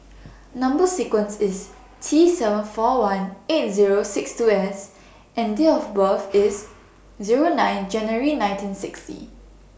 Number sequence IS T seven four one eight Zero six two S and Date of birth IS Zero nine January nineteen sixty